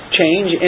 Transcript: change